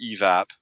EVAP